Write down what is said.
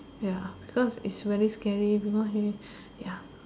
ya because is very scary because he ya